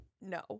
no